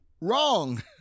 Wrong